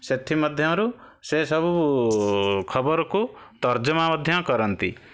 ସେଥିମଧ୍ୟରୁ ସେସବୁ ଖବରକୁ ତର୍ଜମା ମଧ୍ୟ କରନ୍ତି